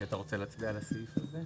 אתה רוצה להצביע על הסעיף הזה?